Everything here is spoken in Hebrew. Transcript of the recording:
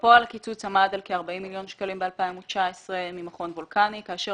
בפועל הקיצוץ עמד על כ-40 מיליון שקלים ב-2019 ממכון וולקני כאשר